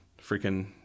freaking